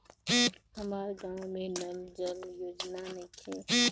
हमारा गाँव मे नल जल योजना नइखे?